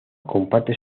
comparte